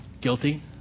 guilty